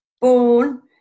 born